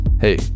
Hey